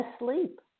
asleep